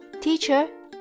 Teacher